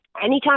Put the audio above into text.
anytime